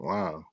Wow